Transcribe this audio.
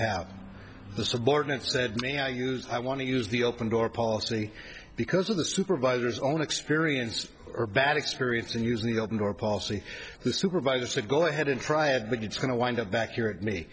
like the subordinate said may i use i want to use the open door policy because of the supervisor's own experience or bad experience in using the open door policy the supervisor said go ahead and try it but it's going to wind up back here at me